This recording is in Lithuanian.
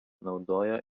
naudojo